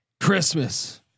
Christmas